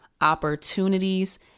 opportunities